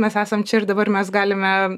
mes esam čia ir dabar mes galime